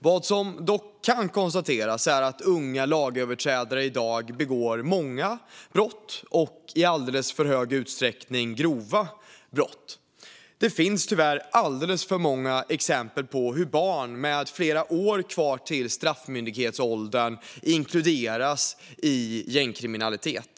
Vad som dock kan konstateras är att unga lagöverträdare i dag begår många brott och i alldeles för hög utsträckning grova brott. Det finns tyvärr alldeles för många exempel på hur barn med flera år kvar till straffmyndighetsåldern inkluderas i gängkriminalitet.